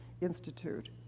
Institute